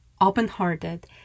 open-hearted